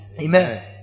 Amen